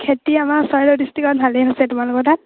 খেতি আমাৰ চৰাইদেউ ডিষ্ট্ৰিকত ভালেই হৈছে তোমালোকৰ তাত